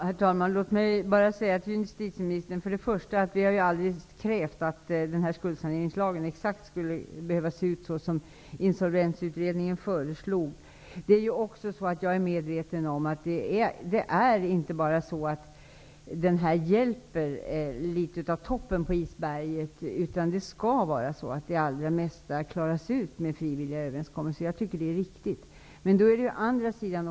Herr talman! Låt mig bara säga till justitieministern att vi aldrig har krävt att skuldsaneringslagen skulle behöva se ut exakt så som Insolvensutredningen föreslog. Jag är också medveten om att lagen skall hjälpa toppen på isberget. Det skall vara så att de allra flesta problem klaras ut med frivilliga överenskommelser, och det tycker jag är riktigt.